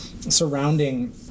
surrounding